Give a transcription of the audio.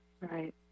Right